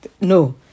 no